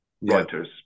writers